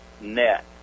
net